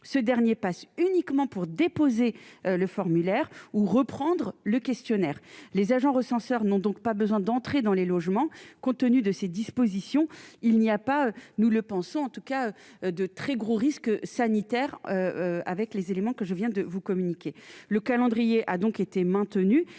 ce dernier passe uniquement pour déposer le formulaire ou reprendre le questionnaire les agents recenseurs n'ont donc pas besoin d'entrer dans les logements, compte tenu de ces dispositions, il n'y a pas, nous le pensons en tout cas de très gros risques sanitaires avec les éléments que je viens de vous communiquer le calendrier, a donc été maintenue